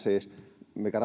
mikä